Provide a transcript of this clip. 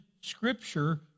scripture